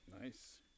Nice